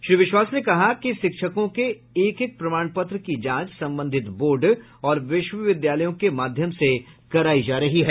श्री विश्वास ने कहा कि शिक्षकों के एक एक प्रमाण पत्र की जांच संबंधित बोर्ड और विश्वविद्यालयों के माध्यम से करायी जा रही है